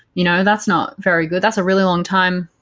you know that's not very good. that's a really long time,